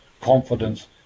confidence